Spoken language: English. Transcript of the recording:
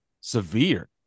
severe